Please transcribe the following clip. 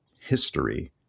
history